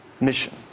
mission